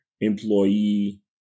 employee